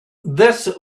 this